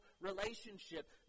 relationship